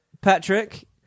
patrick